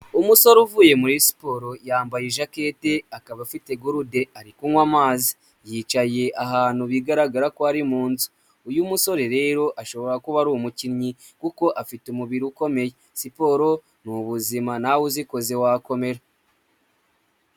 Umusore uvuye muri siporo yambaye ijakete, akaba afite gurude ari kunywa amazi. Yicaye ahantu bigaragara ko ari mu nzu. Uyu musore rero ashobora kuba ari umukinnyi, kuko afite umubiri ukomeye. Siporo ni buzima nawe uzikoze wakomera.